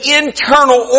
internal